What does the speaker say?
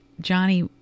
Johnny